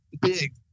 big